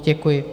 Děkuji.